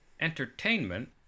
entertainment